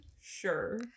Sure